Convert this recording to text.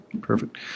Perfect